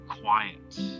quiet